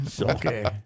Okay